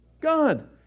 God